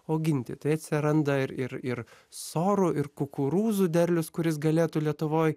auginti tai atsiranda ir ir ir sorų ir kukurūzų derlius kuris galėtų lietuvoj